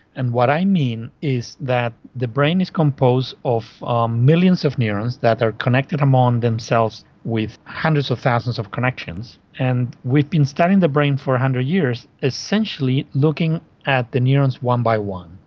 and what i mean is that the brain is composed of um millions of neurons that are connected among themselves with hundreds of thousands of connections, and we've been studying the brain for one hundred years, essentially looking at the neurons one by one.